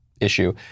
issue